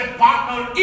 partner